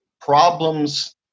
Problems